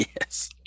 Yes